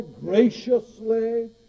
graciously